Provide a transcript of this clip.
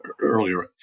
earlier